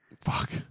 Fuck